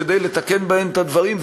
כדי לתקן בהן את הדברים,